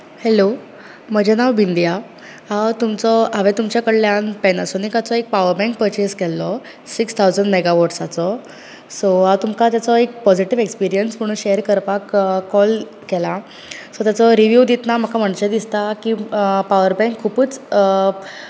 hello म्हजें नांव बिंदिया हांवें तुमचे कडल्यान पॅनासोनीकाचो एक पावरबँक परचेज केल्लो सिक्स थावजंड मेगावॉट्साचो सो हांव तुमकां ताचो एक पॉजिटीव एक्सपिरियंस म्हूण शेयर करपाक कॉल केलां सो ताचो रिवीव दितना म्हाका म्हणचें दिसता की पावर बँक खुबूच